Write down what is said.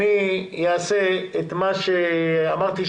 אני אעשה את מה שאמרתי,